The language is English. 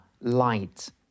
light